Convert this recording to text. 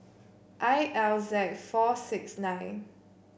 I L Z four six nine